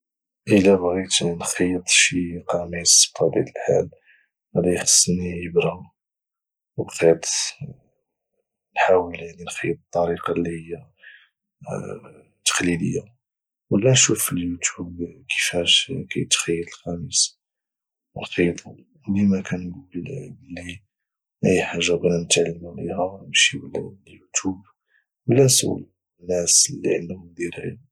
الا بغيت نخيط شي قميص بطبيعه الحال غادي يخصني ابره وخيط نحاول يعني نخيط الطريقه اللي هي تقليديه ولا نشوف في اليوتيوب كيفاش كايتخيط القميص ونخيطوا وديما كنقول بلي اي جاجة بغينا نتعلمو ليها نمشيو لليتوب ولى نسولو ناس يعني اللي هما عندهم دراية